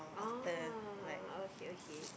oh okay okay